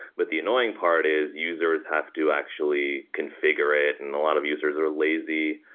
but the annoying part is users have to actually configure it and a lot of users are lazy,